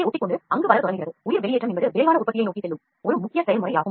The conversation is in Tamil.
உயிர் பிதிர்வு என்பது விரைவான உற்பத்தியை நோக்கி செல்லும் ஒரு முக்கிய செயல்முறையாகும்